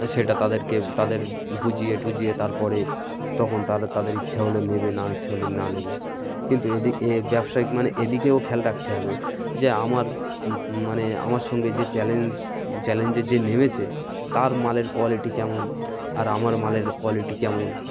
সেটা তাদেরকে তাদের বুঝিয়ে টুজিয়ে তারপরে তখন তারা তাদের ইচ্ছা হলে নেবে না ইচ্ছা হলে না নেবে কিন্তু এদি এ ব্যবসায়িক মানে এদিকেও খেয়াল রাখতে হবে যে আমার ম মানে আমার সঙ্গে যে চ্যালেঞ্জ চ্যালেঞ্জে যে নেমেছে তার মালের কোয়ালিটি কেমন আর আমার মালের কোয়ালিটি কেমন